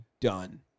done